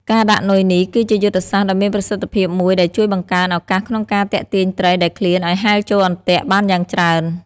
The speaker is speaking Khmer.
ការដាក់នុយនេះគឺជាយុទ្ធសាស្ត្រដ៏មានប្រសិទ្ធភាពមួយដែលជួយបង្កើនឱកាសក្នុងការទាក់ទាញត្រីដែលឃ្លានឲ្យហែលចូលអន្ទាក់បានយ៉ាងច្រើន។